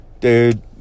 Dude